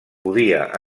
podia